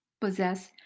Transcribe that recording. possess